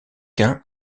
qu’un